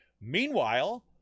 meanwhile